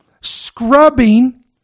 scrubbing